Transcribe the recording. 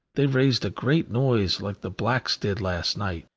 they raised a great noise like the blacks did last night,